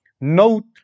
Note